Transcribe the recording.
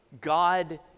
God